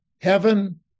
heaven